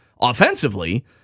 offensively